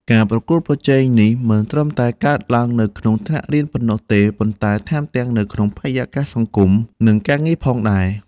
ការប្រកួតប្រជែងនេះមិនត្រឹមតែកើតឡើងនៅក្នុងថ្នាក់រៀនប៉ុណ្ណោះទេ ប៉ុន្តែថែមទាំងនៅក្នុងបរិយាកាសសង្គម និងការងារផងដែរ។